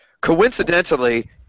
Coincidentally